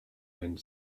wind